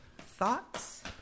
thoughts